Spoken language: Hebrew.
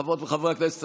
חברות וחברי הכנסת,